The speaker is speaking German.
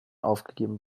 aufgegeben